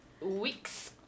weeks